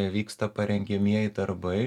vyksta parengiamieji darbai